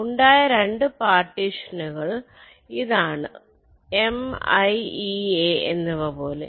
ഉണ്ടായ 2 പാർട്ടീഷൻ ഉകൾ ഇതാണ് m i e a എന്നിവപോലെ